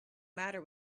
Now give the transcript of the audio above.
matter